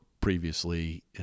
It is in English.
previously